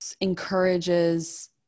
encourages